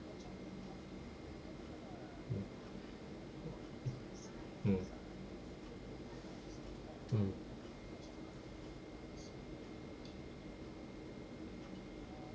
mm mm mm